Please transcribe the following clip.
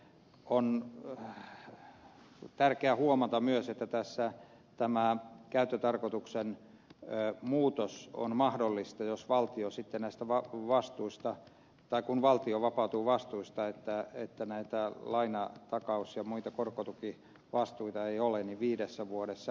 on tärkeää huomata myös että tässä tämä käyttötarkoituksen muutos on mahdollista jos valtio sitten ostavaa vastuusta mahdollinen kun valtio vapautuu vastuista että näitä lainatakaus ja muita korkotukivastuita ei ole viidessä vuodessa